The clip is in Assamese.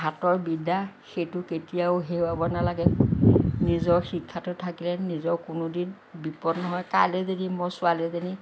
হাতৰ বিদ্যা সেইটো কেতিয়াও হেৰুৱাব নেলাগে নিজৰ শিক্ষাটো থাকিলে নিজৰ কোনোদিন বিপদ নহয় কাইলৈ যদি মোৰ ছোৱালীজনী